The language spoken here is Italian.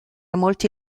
molti